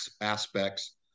aspects